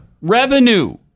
Revenue